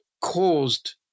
caused